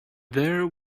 there